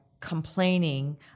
complaining